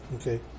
Okay